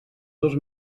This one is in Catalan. dos